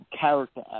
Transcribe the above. character